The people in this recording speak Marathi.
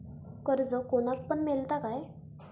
कर्ज कोणाक पण मेलता काय?